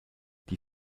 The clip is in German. die